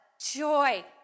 joy